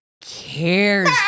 cares